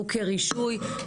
חוקי רישוי.